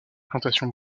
plantation